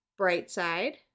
Brightside